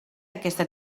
aquesta